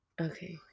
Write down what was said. Okay